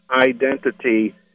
identity